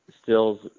Stills